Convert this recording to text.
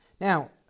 Now